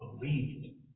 believed